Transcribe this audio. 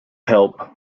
help